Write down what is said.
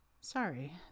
Sorry